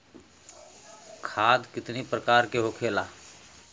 खाद कितने प्रकार के होखेला?